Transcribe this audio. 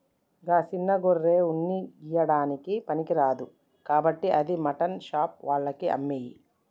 గా సిన్న గొర్రె ఉన్ని ఇయ్యడానికి పనికిరాదు కాబట్టి అది మాటన్ షాప్ ఆళ్లకి అమ్మేయి